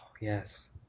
yes